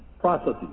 processes